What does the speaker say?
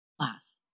class